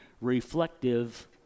reflective